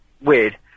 weird